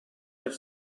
have